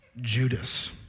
Judas